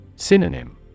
Synonym